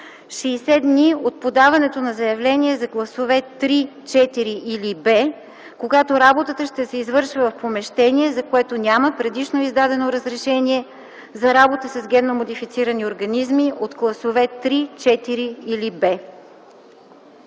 дни от подаването на заявление за класове 3, 4 или Б, когато работата ще се извършва в помещение, за което няма предишно издадено разрешение за работа с ГМО от класове 3, 4 или Б.”